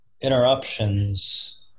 interruptions